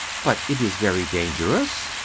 but it is very dangerous,